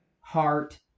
heart